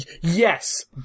Yes